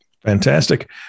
Fantastic